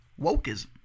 wokeism